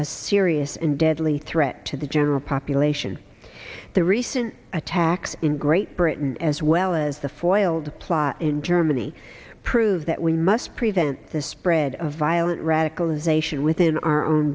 a serious and deadly threat to the general population the recent attacks in great britain as well as the foiled plot in germany proves that we must prevent the spread of violent radicalization within our own